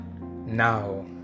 Now